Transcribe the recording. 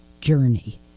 journey